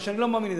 מה שאני לא מאמין,